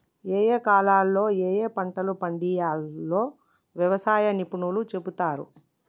ఏయే కాలాల్లో ఏయే పంటలు పండియ్యాల్నో వ్యవసాయ నిపుణులు చెపుతారు